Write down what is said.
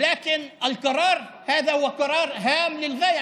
אבל ההצעה הזו היא בעלת חשיבות רבה.